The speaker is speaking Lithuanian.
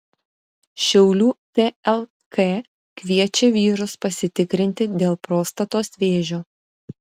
šiaulių tlk kviečia vyrus pasitikrinti dėl prostatos vėžio